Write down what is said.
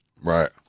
Right